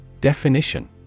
Definition